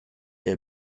est